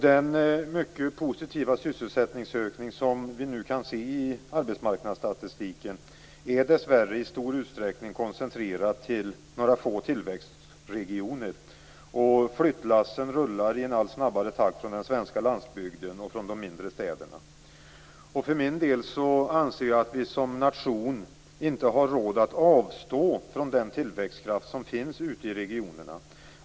Den mycket positiva sysselsättningsökning vi kan se i arbetsmarknadsstatistiken är dessvärre i stor utsträckning koncentrerad till några få tillväxtregioner. Flyttlassen rullar i en allt snabbare takt från den svenska landsbygden och från de mindre städerna. Jag anser att vi som nation inte har råd att avstå från den tillväxtkraft som finns ute i regionerna.